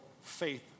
faith